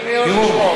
אני אוהב לשמוע אותך.